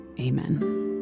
Amen